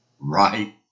right